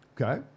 Okay